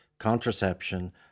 contraception